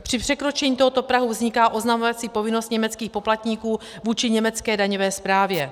Při překročení tohoto prahu vzniká oznamovací povinnost německých poplatníků vůči německé daňové správě.